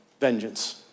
vengeance